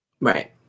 Right